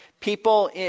People